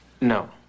No